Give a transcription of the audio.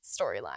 storyline